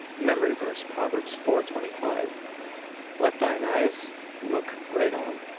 memory verse, proverbs four twenty five let thine eyes look right on,